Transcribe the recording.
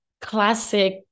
classic